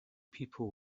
people